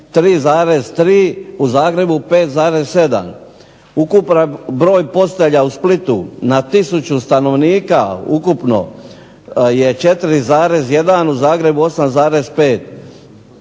3,3, u Zagrebu 5,7. Ukupan broj postelja u Splitu na tisuću stanovnika ukupno je 4,1 u Zagrebu 8,5.